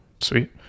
Sweet